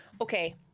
Okay